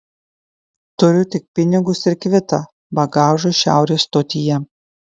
turiu tik pinigus ir kvitą bagažui šiaurės stotyje